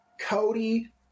Cody